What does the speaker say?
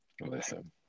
Listen